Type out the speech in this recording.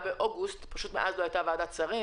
באוגוסט פשוט מאז לא הייתה ועדת שרים